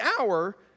hour